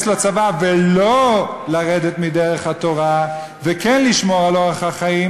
לצבא ולא לרדת מדרך התורה וכן לשמור על אורח החיים,